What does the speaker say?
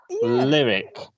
lyric